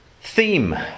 Theme